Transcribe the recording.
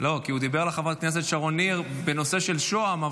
כי הוא דיבר לחברת הכנסת שרון ניר בנושא של שוהם,